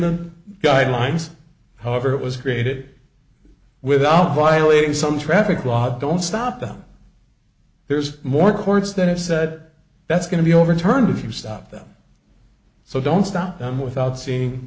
the guidelines however it was created without violating some traffic law don't stop them there's more courts that have said that's going to be overturned if you stop them so don't stop them without seeing